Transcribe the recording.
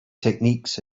techniques